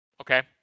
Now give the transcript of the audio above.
okay